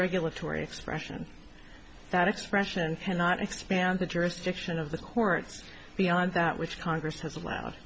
regulatory expression that expression cannot expand the jurisdiction of the courts beyond that which congress has allowed